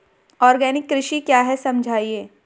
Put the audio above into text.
Organic कृषि क्या है समझाइए?